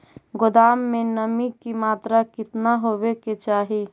गोदाम मे नमी की मात्रा कितना होबे के चाही?